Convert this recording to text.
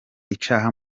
icaha